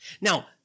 Now